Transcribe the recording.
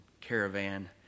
caravan